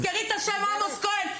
תזכרי את השם עמוס כהן,